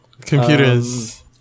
computers